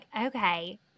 Okay